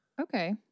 Okay